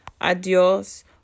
Adios